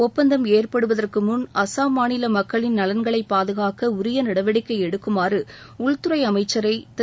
ஒப்பந்தம் ஏற்படுவதற்கு முன் அஸ்ஸாம் மாநில மக்களின் நலன்களை பாதகாக்க உரிய நடவடிக்கை எடுக்குமாறு உள்துறை அமைச்சரை திரு